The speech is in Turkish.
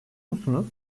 musunuz